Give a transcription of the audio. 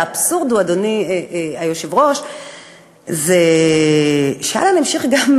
האבסורד הוא, אדוני היושב-ראש, שאלן המשיך גם